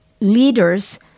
leaders